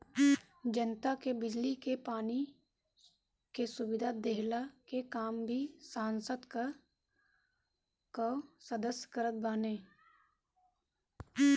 जनता के बिजली पानी के सुविधा देहला के काम भी संसद कअ सदस्य करत बाने